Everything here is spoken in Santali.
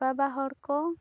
ᱵᱟᱵᱟ ᱦᱚᱲ ᱠᱚ